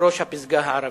יושב-ראש הפסגה הערבית.